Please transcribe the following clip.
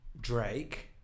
Drake